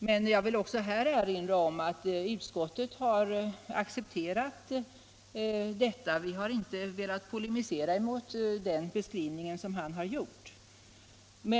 Men jag vill erinra om att utskottet har accepterat detta. Vi har inte velat polemisera mot den beskrivning som han har gjort.